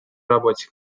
работе